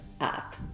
up